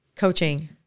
Coaching